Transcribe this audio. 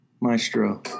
maestro